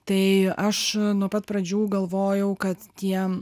tai aš nuo pat pradžių galvojau kad tie